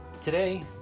Today